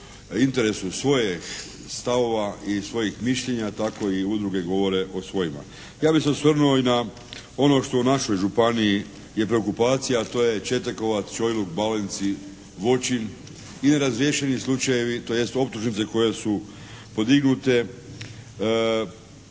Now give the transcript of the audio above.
interesu svojih stavova i svojih mišljenja tako i udruge govore o svojima. Ja bih se osvrnuo i na ono što u našoj županiji je preokupacija, a to je Četnekovac, Čojluk, Balenci, Voćin i nerazriješeni slučajevi, tj. optužnice koje su podignute,